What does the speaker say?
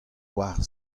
oar